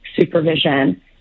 supervision